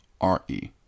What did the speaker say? R-E